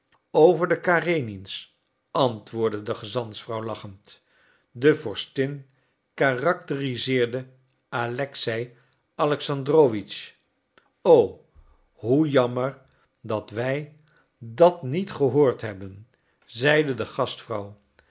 over de karenins antwoordde de gezantsvrouw lachend de vorstin karakteriseerde alexei alexandrowitsch o hoe jammer dat wij dat niet gehoord hebben zeide de gastvrouw